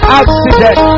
accident